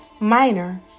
minor